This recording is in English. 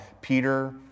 Peter